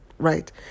Right